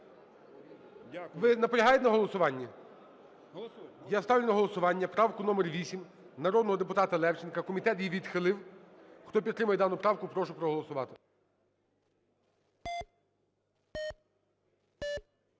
Ви наполягаєте на голосуванні? Я ставлю на голосування правку номер 8 народного депутата Левченка, комітет її відхилив. Хто підтримує дану правку, прошу проголосувати.